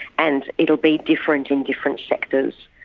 and it will be different in different sectors.